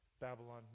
Babylon